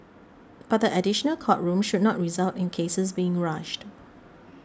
but the additional court rooms should not result in cases being rushed